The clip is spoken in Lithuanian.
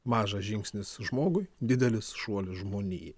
mažas žingsnis žmogui didelis šuolis žmonijai